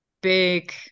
big